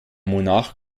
monarch